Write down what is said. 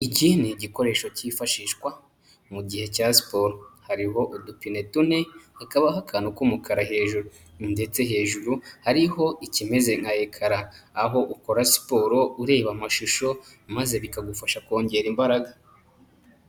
Iki ni igikoresho cyifashishwa mu gihe cya siporo, hariho udupine tune, hakabaho akantu k'umukara hejuru, ndetse hejuru hariho ikimeze nka ekara, aho ukora siporo ureba amashusho maze bikagufasha kongera imbaraga.